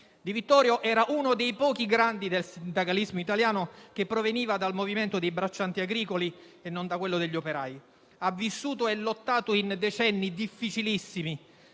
Di Vittorio era uno dei pochi grandi del sindacalismo italiano che proveniva dal movimento dei braccianti agricoli e non da quello degli operai. Ha vissuto e lottato in decenni difficilissimi,